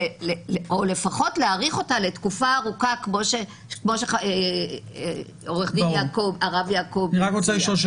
או לפחות להאריך אותה לתקופה ארוכה כמו שעורך דין הרב יעקבי הציע.